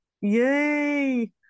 Yay